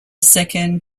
second